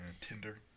Tinder